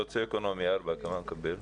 סוציו-אקונומי 4, כמה מקבל?